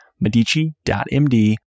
medici.md